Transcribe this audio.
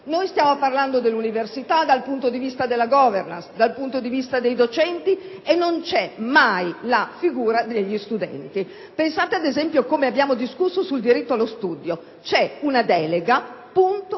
Stiamo parlando dell'università dal punto di vista della *governance*, dal punto di vista dei docenti e mai vi è la figura degli studenti. Pensate, ad esempio, come abbiamo discusso sul diritto allo studio: c'è una delega: punto